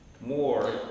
more